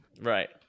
Right